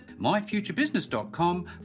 myfuturebusiness.com